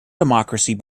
democracy